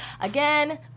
Again